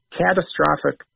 catastrophic